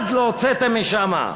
אחד לא הוצאתם משם.